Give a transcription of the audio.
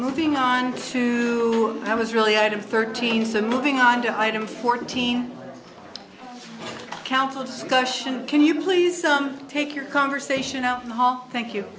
moving on to i was really out of thirteen so moving on to item fourteen council discussion can you please take your conversation out in the hall thank you